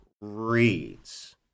reads